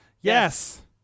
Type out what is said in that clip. Yes